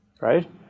right